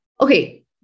Okay